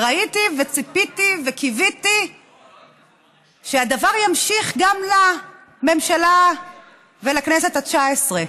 וראיתי וציפיתי וקיוויתי שהדבר ימשיך גם לממשלה ולכנסת התשע-עשרה.